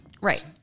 Right